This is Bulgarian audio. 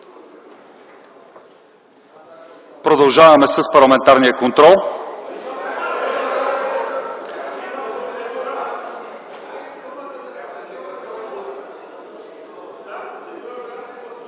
Продължаваме с парламентарния контрол.